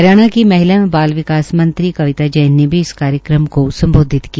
हरियाणा की महिला एवं बाल विकास मंत्री कविता जैन ने इस कार्यक्रम को सम्बोधित किया